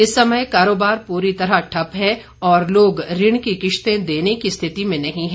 इस समय कारोबार पूरी तरह ठप्प है और लोग ऋण की किश्तें देने की स्थिति में नहीं है